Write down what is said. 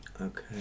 okay